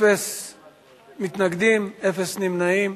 אין מתנגדים, אין נמנעים.